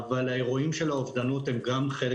אבל האירועים של האובדנות הם גם חלק